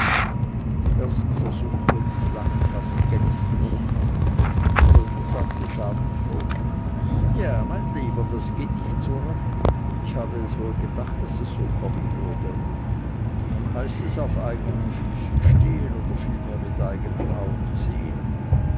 die ersten versuche mißlangen fast gänzlich und römer sagte schadenfroh ja mein lieber das geht nicht so rasch ich habe es wohl gedacht daß es so kommen würde nun heißt es auf eigenen füßen stehen oder vielmehr mit eigenen augen sehen